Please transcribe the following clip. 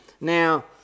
now